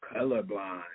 colorblind